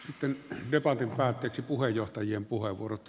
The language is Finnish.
sitten debatin päätteeksi puheenjohtajien puheenvuorot